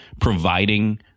providing